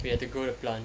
we have to go the plant